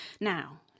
Now